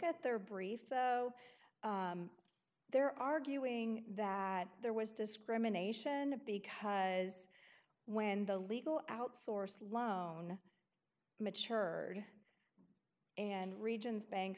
at their brief they're arguing that there was discrimination because when the legal outsourced loan mature and regions banks